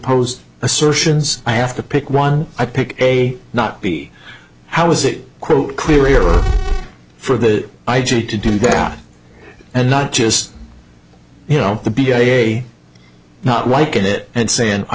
opposed assertions i have to pick one i pick a not be how is it quote clearer for the i g to do that and not just you know the b a a not liking it and saying i